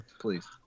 please